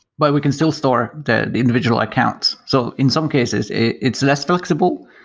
but we can still store the individual accounts. so in some cases, it's less flexible,